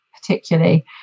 particularly